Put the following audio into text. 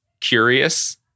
curious